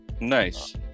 Nice